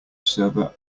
server